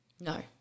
No